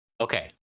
okay